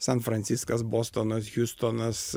san franciskas bostonas hiustonas